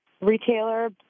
retailer